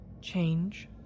Change